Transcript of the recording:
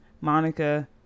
Monica